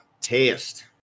Test